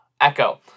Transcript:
Echo